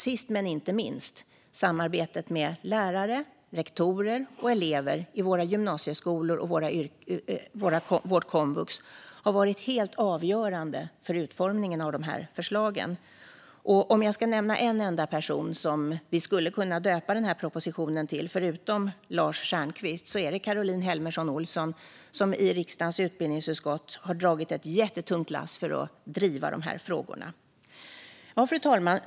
Sist men inte minst vill jag också nämna samarbetet med lärare, rektorer och elever vid våra gymnasieskolor och vid komvux. Det har varit helt avgörande för utformningen av förslagen. Om jag ska nämna en enda person som vi skulle kunna döpa den här propositionen efter, förutom Lars Stjernkvist, är det Caroline Helmersson Olsson, som i riksdagens utbildningsutskott har dragit ett jättetungt lass för att driva de här frågorna. Fru talman!